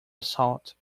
assault